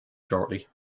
shortly